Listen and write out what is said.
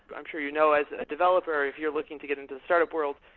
i'm sure you know, as a developer, if you're looking to get into the startup world,